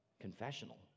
confessional